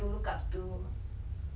anyone to look up to ah